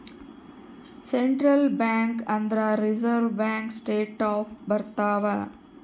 central bank ಅಂದ್ರ reserve bank state bank ಬರ್ತವ